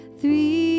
three